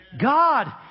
God